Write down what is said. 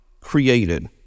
created